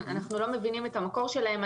אנחנו לא מבינים את המקור שלהן.